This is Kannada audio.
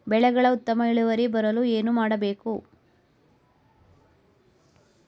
ಬೆಳೆಗಳ ಉತ್ತಮ ಇಳುವರಿ ಬರಲು ಏನು ಮಾಡಬೇಕು?